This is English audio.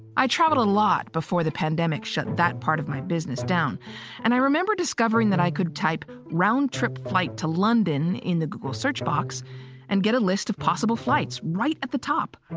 i traveled a lot before the pandemic shut that part of my business down and i remember discovering that i could type round trip flight to london in the google search box and get a list of possible flights right at the top.